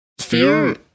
Fear